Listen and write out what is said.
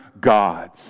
gods